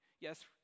Yes